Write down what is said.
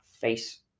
face